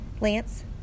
Lance